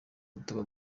butaka